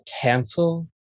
cancel